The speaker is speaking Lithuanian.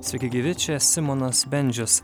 sveiki gyvi čia simonas bendžius